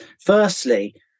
Firstly